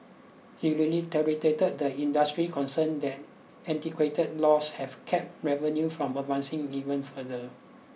he reiterated the industry's concerns that antiquated laws have capped revenue from advancing even further